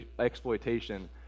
exploitation